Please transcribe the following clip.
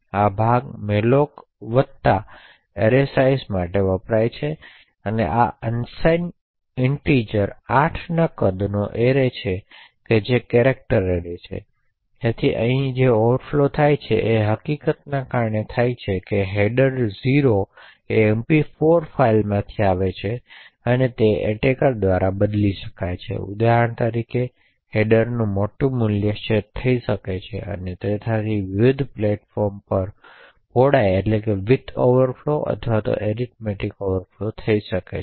આ ભાગ મેલોક વત્તા અરે સાઇઝ માટે વપરાય છે આ અનસાઇન પૂર્ણાંક 8 ના કદનો એરે છે જે કેરેકટર એરે છે તેથી અહીં જે ઓવરફ્લો થાય છે તે એ હકીકતને કારણે છે કે આ હેડર 0 એમપી 4 ફાઇલમાંથી આવે છે અને તે એટેકર દ્વારા બદલી શકાય છે ઉદાહરણ તરીકે હેડરનું મોટું મૂલ્ય સેટ થઈ શકે છે અને તેનાથી વિવિધ પ્લેટફોર્મ પર પહોળાઈ ઓવરફ્લો અથવા એરીથમેટીક ઓવરફ્લો થઈ શકે છે